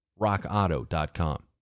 rockauto.com